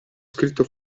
scritto